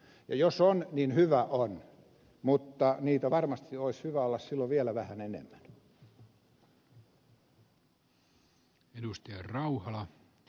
ja jos on niin hyvä on mutta niitä varmasti olisi hyvä olla silloin vielä vähän enemmän